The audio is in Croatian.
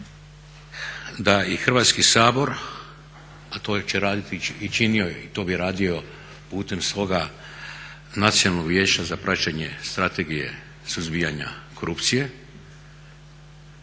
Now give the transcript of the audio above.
da i Hrvatski sabor, a to će raditi i činio je i to bi radio putem svoga Nacionalnog vijeća za praćenje strategije suzbijanja korupcije, kolega